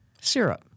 Syrup